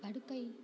படுக்கை